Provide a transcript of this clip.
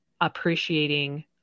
appreciating